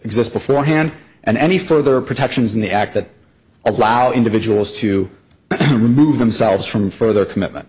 exist beforehand and any further protections in the act that allow individuals to remove themselves from further commitment